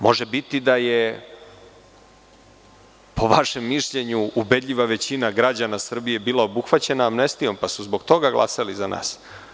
Može biti da je po vašem mišljenju ubedljiva većina građana Srbije bila obuhvaćena amnestijom pa su zbog toga glasali za nas.